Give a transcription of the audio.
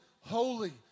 holy